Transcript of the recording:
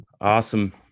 Awesome